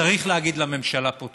צריך להגיד לממשלה פה תודה.